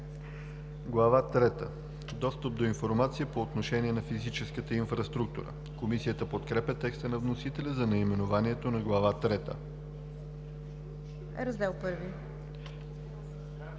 трета – Достъп до информация по отношение на физическата инфраструктура“. Комисията подкрепя текста на вносителя за наименованието на Глава трета. „Раздел I